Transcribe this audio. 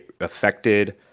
affected